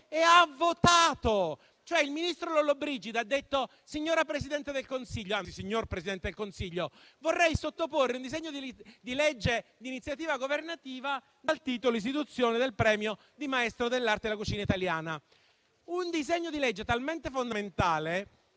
ha detto: signora Presidente del Consiglio - anzi, signor Presidente del Consiglio - vorrei sottoporre un disegno di legge di iniziativa governativa dal titolo: "Istituzione del premio di «Maestro dell'arte della cucina italiana»". Un disegno di legge talmente fondamentale